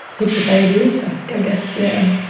people say it is like i guess, yeah.